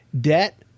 Debt